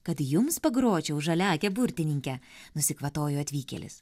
kad jums pagročiau žaliaake burtininke nusikvatojo atvykėlis